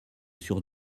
sur